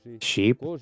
sheep